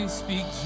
speak